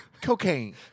Cocaine